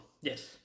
Yes